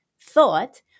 thought